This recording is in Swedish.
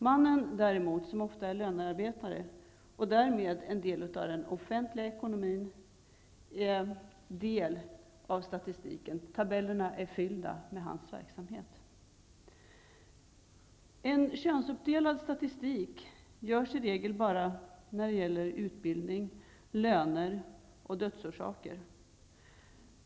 Mannen däremot, som ofta är lönearbetare och därmed en del av den offentliga ekonomin, är del av statistiken. Tabellerna är fyllda med hans verksamhet. En könsuppdelad statistik görs i regel bara när det gäller utbildning, löner och dödsorsaker.